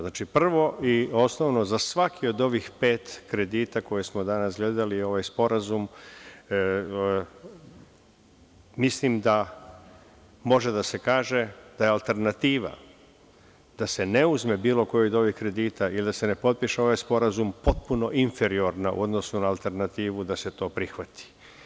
Znači, prvo i osnovno, za svaki od ovih pet kredita koje smo danas gledali ovaj sporazum mislim da može da se kaže da je alternativa da se ne uzme bilo koji od ovih kredita ili da se ne potpiše ovaj sporazum potpuno inferiorna u odnosu na alternativu da se to prihvati.